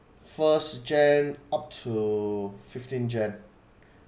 first jan up to fifteen jan